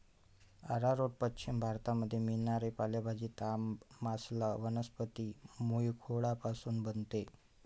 arrowroot पश्चिम भारतामध्ये मिळणारी पालेभाजी, लांब, मांसल वनस्पती मूळखोडापासून बनते